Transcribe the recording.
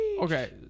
Okay